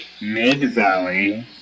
Mid-Valley